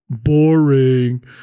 boring